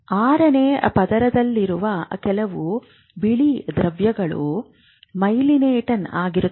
ಆರನೇ ಪದರದಲ್ಲಿರುವ ಕೆಲವು ಬಿಳಿ ದ್ರವ್ಯಗಳು ಮೈಲೀನೇಟೆಡ್ ಆಗಿರುತ್ತವೆ